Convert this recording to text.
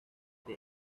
they